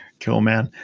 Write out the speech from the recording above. cool, man,